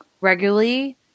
regularly